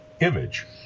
image